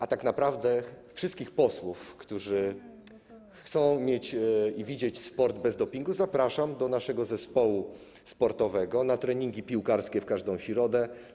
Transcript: A tak naprawdę wszystkich posłów, którzy chcą mieć i widzieć sport bez dopingu, zapraszam do naszego zespołu sportowego na treningi piłkarskie w każdą środę.